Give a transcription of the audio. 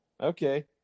okay